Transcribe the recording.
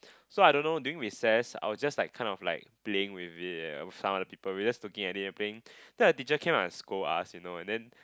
so I don't know during recess I will just like kind of like playing with it eh with some other people we just looking at it and playing then a teacher came out and scold us you know and then